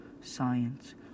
science